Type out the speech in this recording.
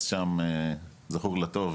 אז שם זכור לטוב